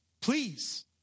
Please